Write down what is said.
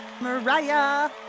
Mariah